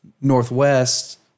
northwest